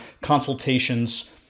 consultations